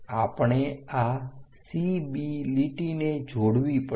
આપણે આ CB લીટીને જોડવી પડશે